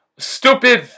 Stupid